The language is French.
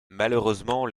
malheureusement